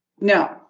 no